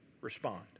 respond